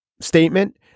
statement